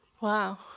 Wow